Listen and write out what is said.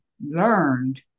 learned